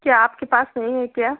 क्या आपके पास नहीं है क्या